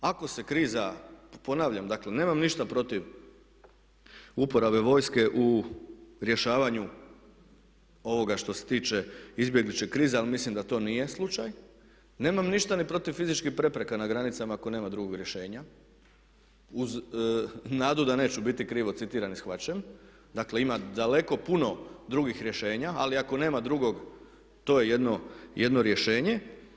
Ako se kriza, ponavljam, dakle nemam ništa protiv uporabe vojske u rješavanju ovoga što se tiče izbjegličke krize ali mislim da to nije slučaj, nemam ništa ni protiv fizičkih prepreka na granicama ako nema drugog rješenja uz nadu da neću biti krivo citiran i shvaćen, dakle ima daleko puno drugih rješenja ali ako nema drugog to je jedno rješenje.